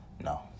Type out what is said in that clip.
No